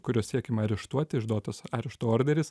kuriuos siekiama areštuoti išduotas arešto orderis